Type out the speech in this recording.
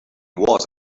was